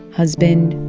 husband.